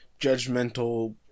judgmental